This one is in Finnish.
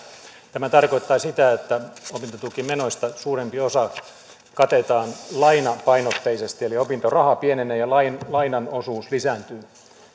tämä tarkoittaa sitä että opintotukimenoista suurempi osa katetaan lainapainotteisesti eli opintoraha pienenee ja lainan osuus lisääntyy